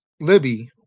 Libby